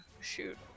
shoot